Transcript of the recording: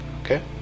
okay